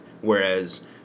whereas